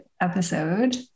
episode